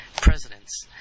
presidents